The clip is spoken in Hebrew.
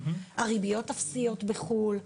הריביות אפסיות בחו"ל,